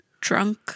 drunk